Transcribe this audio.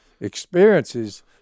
experiences